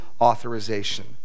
authorization